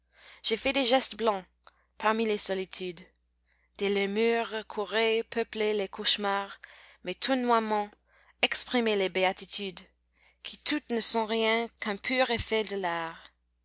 j'ai fait des gestes blancs parmi les solitudes des lémures couraient peupler les cauchemars mes tournoîments exprimaient les béatitudes qui toutes ne sont rien qu'un pur effet de l'art